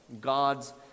God's